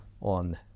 on